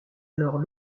alors